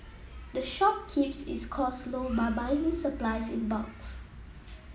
the shop keeps its costs low by buying its supplies in bulks